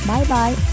Bye-bye